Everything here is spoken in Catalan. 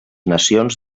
nacions